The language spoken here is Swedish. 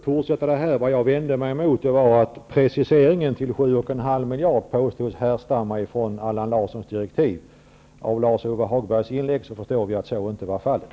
Herr talman! Vi behöver inte fortsätta denna diskussion. Jag vände mig emot att preciseringen till 7,5 Larssons direktiv. Av Lars-Ove Hagbergs inlägg förstår vi att så inte var fallet.